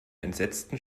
entsetzten